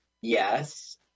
Yes